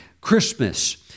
Christmas